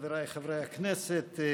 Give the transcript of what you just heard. חבריי חברי הכנסת,